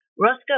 Roscoe